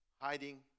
Hiding